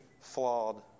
flawed